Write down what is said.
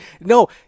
No